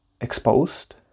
exposed